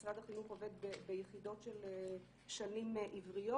משרד החינוך עובד ביחידות של שנים עבריות.